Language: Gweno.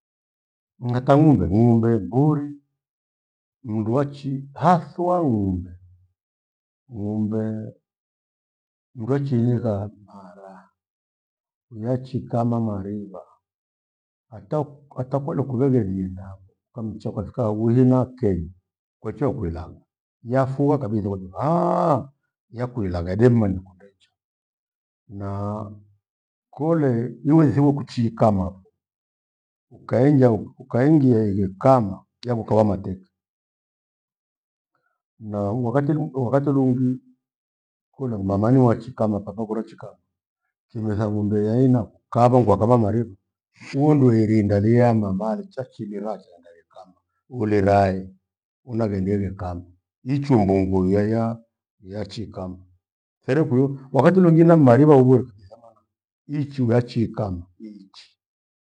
Ng'ata ng'ombe, ng'ombe, mburi, mndu achi haathwa ng'ombe, ng'ombe mdu echiinika mara nyiachiikama maripha, atau- atakodo kuveverie endavo ukamcha ukafika hawihi na kenyi kwaichwa kuilagha yafua kabitha kojo yakuilagha demanya kundecho. Naaa- kole yuwe thiu kuchiikama ukaingia- ukaingia igheikama yavokawa mateke. Na wakati ung- wakati lungi kuwe ni mama niwachika mapapa kurechikaa kimetha ng'ombe yaina kwava nikwathava maripha uondue irinda liya ya mama lichachiraa thana ikama ulirae unaghende kama ichwe mbungo iyeya ya achiikama. Therekwiyo wakati lungina maripha ughure iichithananga ichi ughachikama iichi.